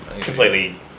completely